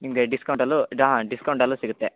ನಿಮಗೆ ಡಿಸ್ಕೌಂಟಲ್ಲೂ ಡಾ ಡಿಸ್ಕೌಂಟಲ್ಲೂ ಸಿಗುತ್ತೆ